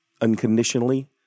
unconditionally